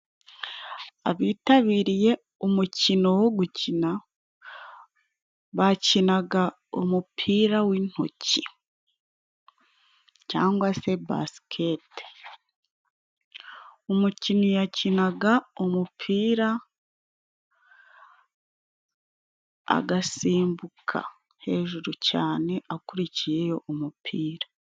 Abitabiriye umukino wo gukina, bakinaga umupira w'intoki, cyangwa se basikete umukinnyi yakinaga umupira ,agasimbuka hejuru cyane akurikiye umupira.